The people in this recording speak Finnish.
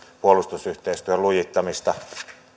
puolustusyhteistyön lujittamista